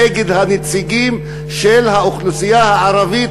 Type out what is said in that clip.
נגד הנציגים של האוכלוסייה הערבית